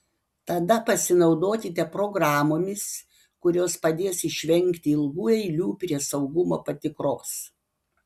tada pasinaudokite programomis kurios padės išvengti ilgų eilių prie saugumo patikros